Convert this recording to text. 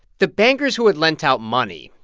the bankers who had lent out money,